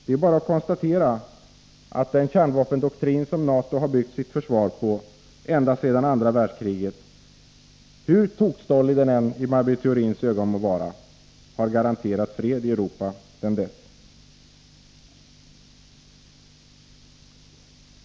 Det är bara att konstatera att den kärnvapendoktrin som NATO har byggt sitt försvar på ända sedan andra världskriget — hur tokstollig den än må tyckas vara i Maj Britt Theorins ögon — har garanterat fred i Europa sedan dess.